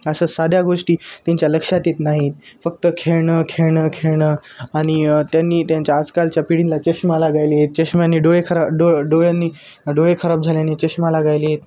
असं साध्या गोष्टी त्यांच्या लक्षात येत नाहीत फक्त खेळणं खेळणं खेळणं आणि त्यांनी त्यांच्या आजकालच्या पिढींला चष्मा लागायले आहेत चष्याने डोळे खराब डो डोळ्यांनी डोळे खराब झाल्याने चष्मा लागायले आहेत